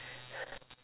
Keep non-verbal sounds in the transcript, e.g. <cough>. <laughs>